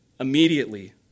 Immediately